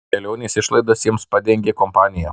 kelionės išlaidas jiems padengė kompanija